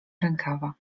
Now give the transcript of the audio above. rękawa